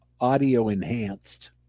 audio-enhanced